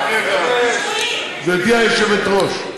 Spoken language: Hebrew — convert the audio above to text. היושבת-ראש,